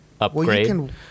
upgrade